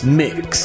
mix